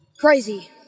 Crazy